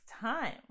time